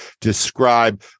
describe